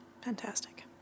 Fantastic